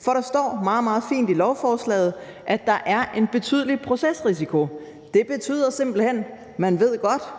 for der står meget, meget fint i lovforslaget, at der er en betydelig procesrisiko. Det betyder simpelt hen, at man godt ved –